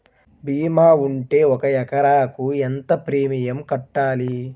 భీమా ఉంటే ఒక ఎకరాకు ఎంత ప్రీమియం కట్టాలి?